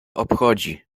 obchodzi